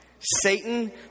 Satan